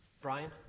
brian